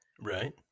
Right